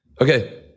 Okay